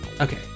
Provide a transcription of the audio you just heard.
Okay